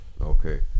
Okay